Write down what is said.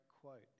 quote